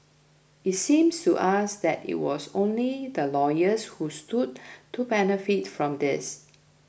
it seems to us that it was only the lawyers who stood to benefit from this